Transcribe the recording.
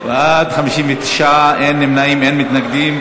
חברי הכנסת, נא להצביע.